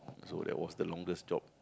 so that was the longest job